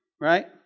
right